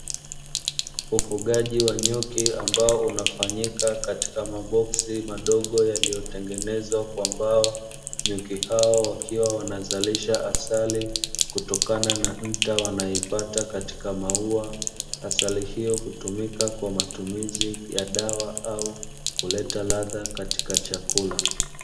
Ufugaji wa nyuki ambao unafanyika katika maboksi madogo yaliyotengenewa kwa mbao. Nyuki hao wakiwa wanazalisha asali kutokana na nta wanayoipata katika maua. Asali hiyo hutumika kwa matumizi ya dawa au kuleta ladha katika chakula.